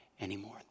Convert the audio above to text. anymore